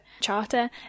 charter